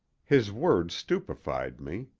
his words stupefied me.